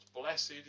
Blessed